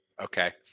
Okay